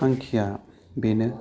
थांखिया बेनो